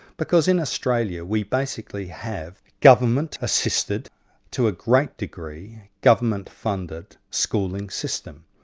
because in australia we basically have government assisted to a great degree government funded schooling system.